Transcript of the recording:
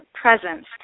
presence